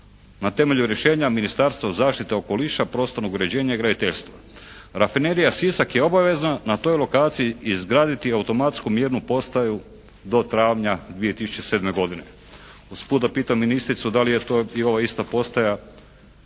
na temelju rješenja Ministarstva zaštite okoliša, prostornog uređenja i graditeljstva. Rafinerija Sisak je obavezna na toj lokaciji izgraditi automatsku mjernu postaju do travnja 2007. godine." Usput da pitam ministricu da li je to i ova ista postaja